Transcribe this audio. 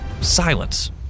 silence